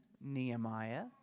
Nehemiah